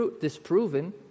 disproven